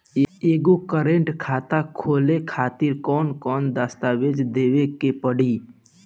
एगो करेंट खाता खोले खातिर कौन कौन दस्तावेज़ देवे के पड़ी?